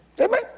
Amen